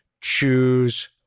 choose